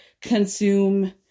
consume